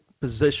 position